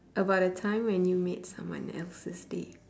about a time when you made someone else's day